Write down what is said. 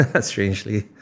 Strangely